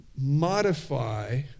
modify